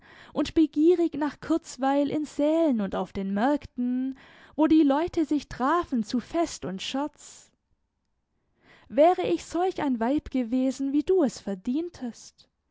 und begierig nach kurzweil in sälen und auf den märkten wo die leute sich trafen zu fest und scherz wäre ich solch ein weib gewesen wie du es verdientest